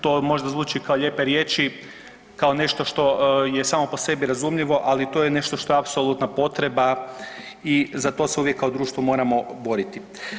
To možda zvuči kao lijepe riječi, kao nešto što je samo po sebi razumljivo, ali to je nešto što je apsolutna potreba i za to se kao društvo uvijek moramo boriti.